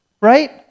right